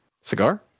Cigar